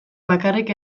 bakarrik